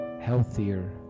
healthier